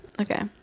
Okay